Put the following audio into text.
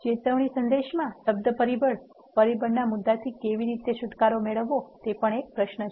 ચેતવણી સંદેશમાં શબ્દ પરિબળ પરિબળના મુદ્દાથી કેવી રીતે છુટકારો મેળવવો તે એક પ્રશ્ન છે